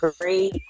great